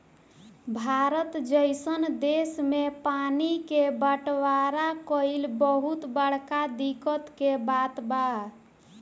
भारत जइसन देश मे पानी के बटवारा कइल बहुत बड़का दिक्कत के बात बा